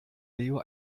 leo